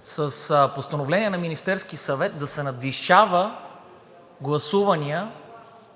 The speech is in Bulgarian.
с постановление на Министерския съвет да се надвишава гласуваният